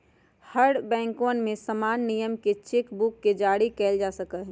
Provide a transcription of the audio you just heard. हर बैंकवन में समान नियम से चेक बुक के जारी कइल जा सका हई